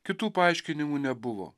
kitų paaiškinimų nebuvo